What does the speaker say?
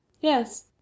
Yes